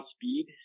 speed